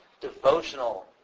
devotional